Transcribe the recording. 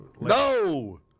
No